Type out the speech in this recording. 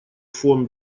фон